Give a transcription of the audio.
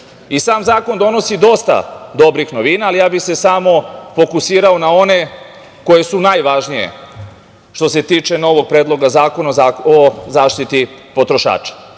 zakon donosi dosta dobrih novina, ali ja bih se samo fokusirao na one koje su najvažnije, što se tiče novog Predloga zakona o zaštiti potrošača.